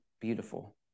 beautiful